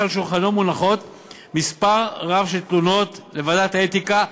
שולחנו מונחות מספר רב של תלונות לוועדת האתיקה.